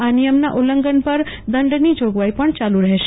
આ નિયમના ઉલ્લંઘન પર દંડની જોગવાઈ પણ ચાલુ રહેશે